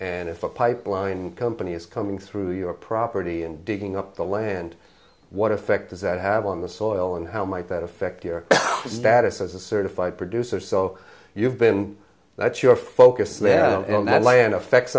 and if a pipeline company is coming through your property and digging up the land what effect does that have on the soil and how might that affect your status as a certified producer so you've been that you're focus